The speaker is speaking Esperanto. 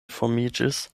formiĝis